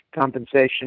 compensation